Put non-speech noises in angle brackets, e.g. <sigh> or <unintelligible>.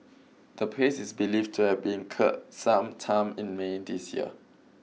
the place is believed to have been <unintelligible> some time in May this year